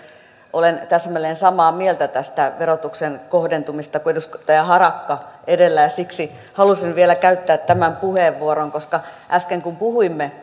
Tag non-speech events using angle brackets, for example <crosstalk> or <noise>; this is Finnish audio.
olen täsmälleen samaa mieltä tästä verotuksen kohdentamisesta kuin edustaja harakka edellä ja siksi halusin vielä käyttää tämän puheenvuoron koska äsken kun puhuimme <unintelligible>